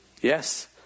Yes